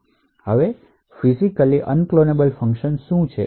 હવે ફિજિકલરૂપે unclonable function શું છે